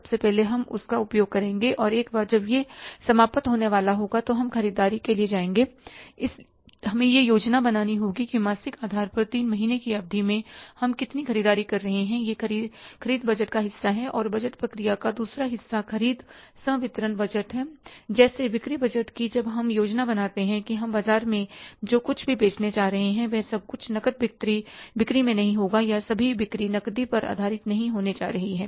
सबसे पहले हम उसका उपयोग करेंगे और एक बार जब यह समाप्त होने वाला होगा तो हम ख़रीददारी के लिए जाएंगे इसलिए हमें यह योजना बनानी होगी कि मासिक आधार पर 3 महीने की अवधि में हम कितनी ख़रीददारी कर रहे हैं यह ख़रीद बजट का एक हिस्सा है और बजट प्रक्रिया का दूसरा हिस्सा ख़रीद संवितरण बजट है जैसे बिक्री बजट की जब हम योजना बनाते हैं कि हम बाजार में जो कुछ भी बेचने जा रहे हैं वह सब कुछ नकद बिक्री में नहीं होगा या सभी बिक्री नकदी पर आधारित नहीं होने जा रही हैं